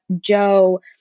Joe